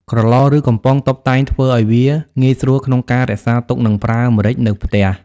ក្រឡ ឬ កំប៉ុងតុបតែងធ្វើឱ្យវាងាយស្រួលក្នុងការរក្សាទុកនិងប្រើម្រេចនៅផ្ទះ។